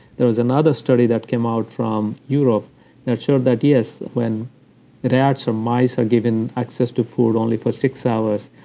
there was another study that came out from europe showed that, yes, when ah rats or mice are given access to food only for six hours,